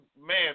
man